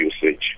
usage